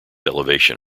elevation